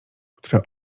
które